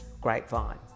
grapevine